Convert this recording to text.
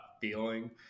feeling